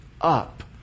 up